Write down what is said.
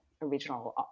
regional